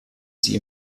sie